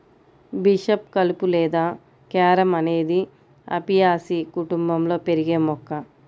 bishop కలుపు లేదా carom అనేది అపియాసి కుటుంబంలో పెరిగే మొక్క